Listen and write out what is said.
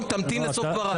רון, תמתין לסוף דבריי.